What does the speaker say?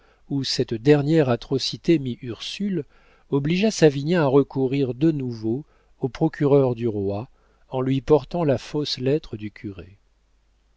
où cette dernière atrocité mit ursule obligea savinien à recourir de nouveau au procureur du roi en lui portant la fausse lettre du curé